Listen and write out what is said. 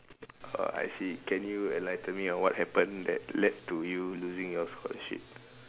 oh I see can you enlighten me on what happened that led to you losing your scholarship